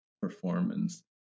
performance